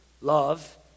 love